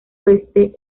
oeste